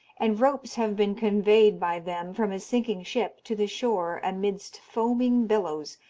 and ropes have been conveyed by them from a sinking ship to the shore amidst foaming billows,